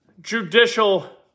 judicial